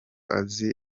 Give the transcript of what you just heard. azi